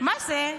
מה זה?